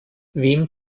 wem